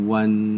one